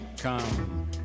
come